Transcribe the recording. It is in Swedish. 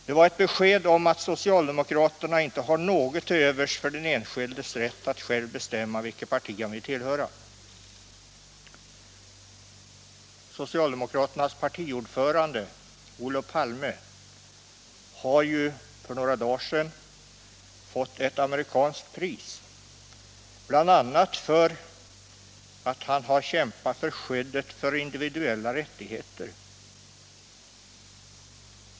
Det var ett besked om att socialdemokraterna inte har något till övers för den enskildes rätt att själv bestämma vilket parti han skall tillhöra. Socialdemokraternas partiordförande, Olof Palme, har ju för några dagar sedan fått ett amerikanskt pris, bl.a. för att han kämpat för skyddet av individuella rättigheter.